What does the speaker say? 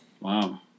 Wow